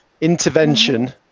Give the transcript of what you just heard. intervention